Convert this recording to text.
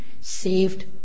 saved